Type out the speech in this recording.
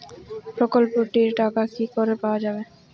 প্রকল্পটি র টাকা কি করে পাওয়া যাবে?